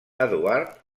eduard